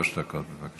שלוש דקות, בבקשה.